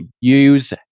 Use